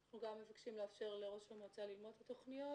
אנחנו גם מבקשים לאפשר לראש המועצה ללמוד את התוכניות.